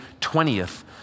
20th